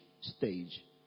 stage